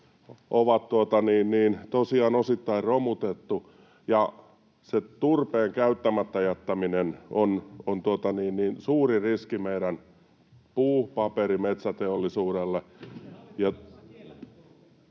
on tosiaan osittain romutettu, ja se turpeen käyttämättä jättäminen on suuri riski meidän puu‑, paperi‑ ja metsäteollisuudelle.